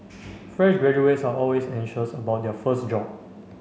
fresh graduates are always anxious about their first job